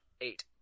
eight